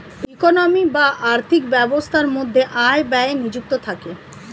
economy বা আর্থিক ব্যবস্থার মধ্যে আয় ব্যয় নিযুক্ত থাকে